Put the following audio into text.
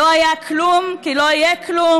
לא היה כלום כי לא יהיה כלום,